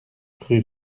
rue